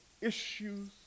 issues